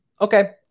okay